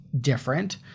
different